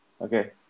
Okay